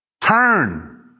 Turn